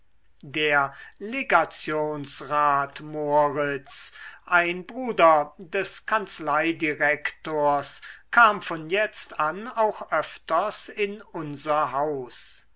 der legationsrat moritz ein bruder des kanzleidirektors kam von jetzt an auch öfters in unser haus